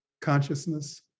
consciousness